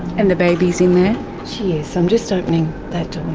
and the baby is in there? she is. i'm just opening that